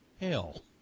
hell